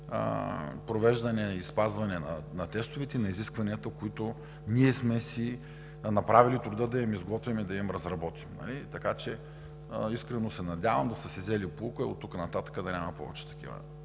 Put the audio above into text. провеждане и спазване на тестовете и на изискванията, които ние сме си направили труда да им изготвим и разработим. Така че искрено се надявам да са си взели поука и оттук нататък да няма повече такива